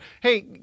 hey